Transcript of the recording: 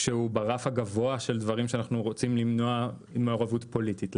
ברף הגבוה של דברים שאנחנו רוצים למנוע מעורבות פוליטית.